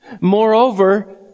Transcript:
Moreover